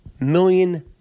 million